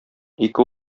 ике